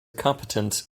competence